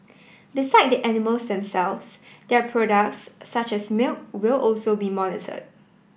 beside the animals themselves their products such as milk will also be monitored